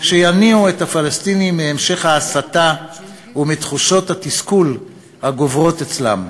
שיניאו את הפלסטינים מהמשך ההסתה ומתחושות התסכול הגוברות אצלם.